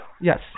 Yes